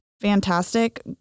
fantastic